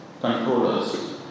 controllers